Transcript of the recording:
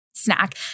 snack